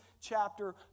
chapter